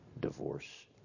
divorce